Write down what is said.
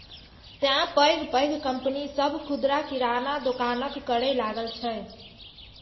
तें पैघ पैघ कंपनी सभ खुदरा किराना दोकानक करै लागल छै